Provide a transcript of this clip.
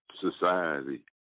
society